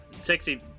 sexy